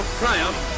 triumph